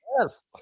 Yes